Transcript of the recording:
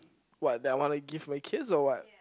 what they wanna give their kids or what